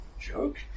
Joke